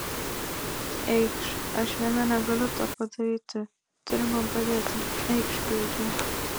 eikš aš viena negaliu to padaryti turi man padėti eikš greičiau